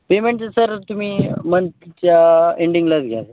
पेमेंटचं सर तुम्ही मंथच्या एंडिंगलाच घ्या